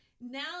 Now